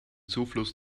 zufluss